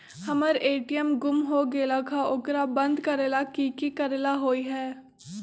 हमर ए.टी.एम गुम हो गेलक ह ओकरा बंद करेला कि कि करेला होई है?